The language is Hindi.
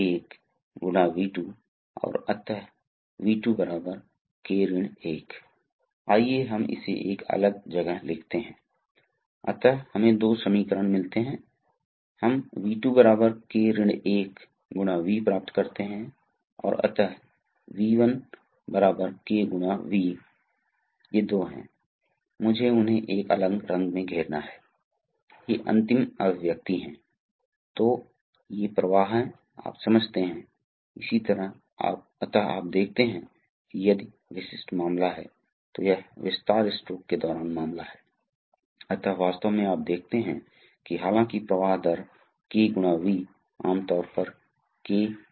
एक तरह से जाँच वाल्व को देखने के बाद कभी कभी हमें वाल्वों की आवश्यकता होती है आप जानते हैं कि हम पायलट संचालित वाल्वों के एक मामले को प्रदर्शित करेंगे क्योंकि कभी कभी हम यह भी चाहते हैं कि सामान्य स्थिति में यह प्रवाह इसी दिशा में होगा लेकिन कुछ विशेष परिस्थितियों में प्रवाह को रिवर्स दिशा में भी बनाया जा सकता है इसलिए हम यह कैसे सुनिश्चित करते हैं इसलिए कभी कभी हम याद रखें कि ये सभी हाइड्रोलिक उपकरण वास्तव में ऑपरेटरों से काफी दूर हो सकते हैं जहां ऑपरेटर काम कर रहे हैं